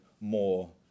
more